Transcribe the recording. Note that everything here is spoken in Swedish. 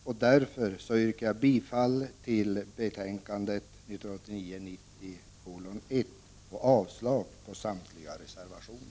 Jag yrkar därför bifall till utskottets hemställan i betänkande 1989/90:JoU1 och avslag på samtliga reservationer.